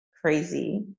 crazy